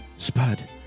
Spud